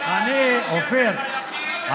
אופיר,